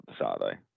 Saturday